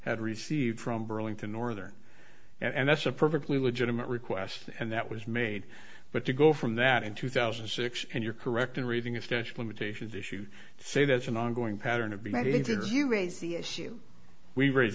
had received from burlington northern and that's a perfectly legitimate request and that was made but to go from that in two thousand and six and you're correct in reading a stash limitations issue say that's an ongoing pattern of behavior you raise the issue we raise